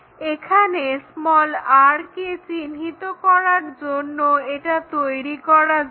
এখানে r কে চিহ্নিত করবার জন্য এটা তৈরি করা যাক